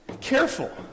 careful